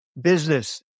business